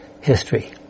history